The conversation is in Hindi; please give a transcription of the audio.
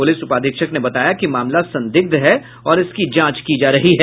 पुलिस उपाधीक्षक ने बताया कि मामला संदिग्ध है और इसकी जांच की जा रही है